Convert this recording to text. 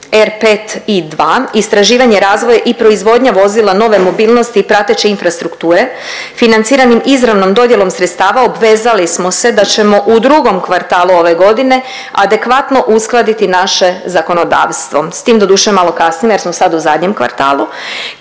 R5I2 istraživanje razvoj i proizvodnja vozila nove mobilnosti i prateće infrastrukture financiranim izravnom dodjelom sredstava obvezali smo se da ćemo u drugom kvartalu ove godine adekvatno uskladiti naše zakonodavstvo, s tim doduše malo kasne jer smo sad u zadnjem kvartalu,